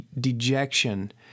dejection